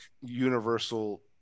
universal